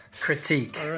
critique